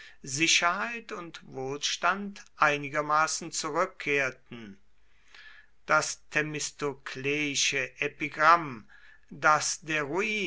sicherheit und wohlstand einigermaßen zurückkehrten das themistokleische epigramm daß der